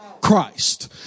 Christ